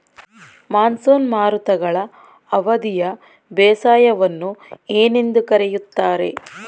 Monsoon ಮಾರುತಗಳ ಅವಧಿಯ ಬೇಸಾಯವನ್ನು ಏನೆಂದು ಕರೆಯುತ್ತಾರೆ?